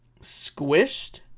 squished